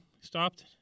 stopped